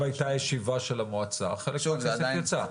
הייתה ישיבה של המועצה חלק מהכסף יצא.